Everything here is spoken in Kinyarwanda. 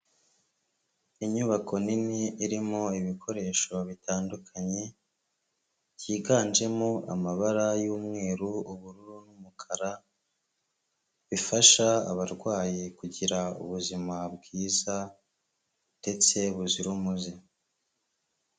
Inyubako nini irimo ibikoresho bitandukanye byiganjemo amabara y'umweru, ubururu n'umukara, bifasha abarwayi kugira ubuzima bwiza ndetse buzira umuze.